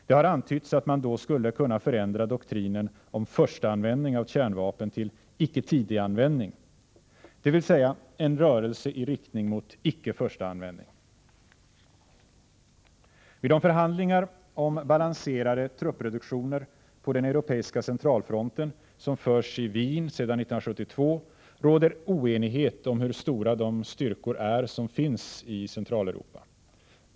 Det har antytts att man då skulle kunna förändra doktrinen om ”förstaanvändning” av kärnvapen till ”icke tidig användning”, dvs. en rörelse i riktning mot ”icke-förstaanvändning”. Vid de förhandlingar om balanserade truppreduktioner på den europeiska centralfronten som förs i Wien sedan 1972 råder oenighet om hur stora de styrkor är som finns i Centraleuropa.